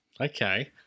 Okay